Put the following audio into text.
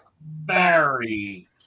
Barry